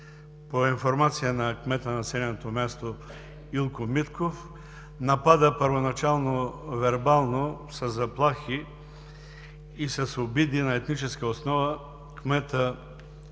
по информация на кмета на населеното място Илко Митков го напада първоначално вербално със заплахи, с обиди на етническа основа и